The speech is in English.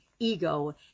Ego